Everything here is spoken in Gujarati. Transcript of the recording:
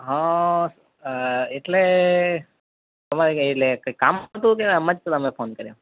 હા એટલે તમારે કઈ એટલે કામ હતું કે એમ જ તમે ફોન કર્યો